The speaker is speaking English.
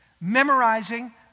Memorizing